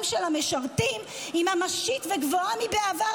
של המשרתים היא ממשית וגבוהה מבעבר,